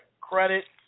credit